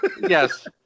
Yes